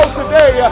today